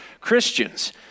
Christians